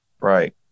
Right